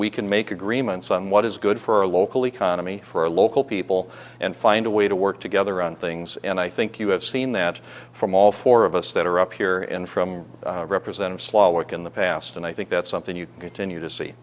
we can make agreements on what is good for local economy for local people and find a way to work together on things and i think you have seen that from all four of us that are up here and from represent a small work in the past and i think that's something you continue to see